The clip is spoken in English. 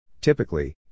Typically